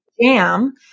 jam